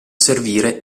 servire